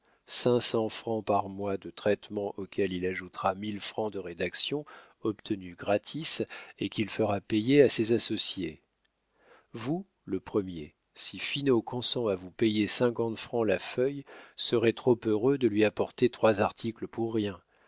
cents francs par mois de traitement auxquels il ajoutera mille francs de rédaction obtenue gratis et qu'il fera payer à ses associés vous le premier si finot consent à vous payer cinquante francs la feuille serez trop heureux de lui apporter trois articles pour rien